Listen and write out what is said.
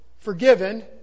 forgiven